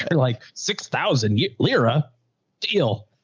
like six thousand lira deal.